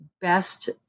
best